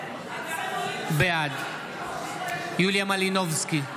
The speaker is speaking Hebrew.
בעד יוליה מלינובסקי,